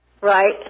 Right